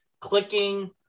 clicking